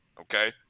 okay